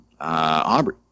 Aubrey